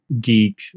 geek